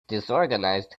disorganized